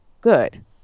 good